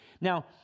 Now